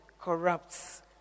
corrupts